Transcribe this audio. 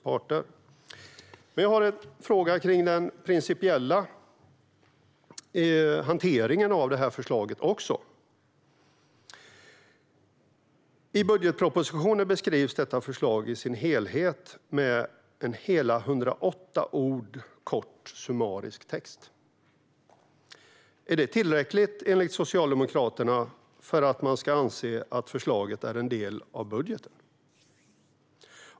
Jag har också en fråga kring den principiella hanteringen av förslaget. I budgetpropositionen beskrivs detta förslag i sin helhet i en 108 ord kort summarisk text. Är det tillräckligt, enligt Socialdemokraterna, för att man ska anse att förslaget är en del av budgeten?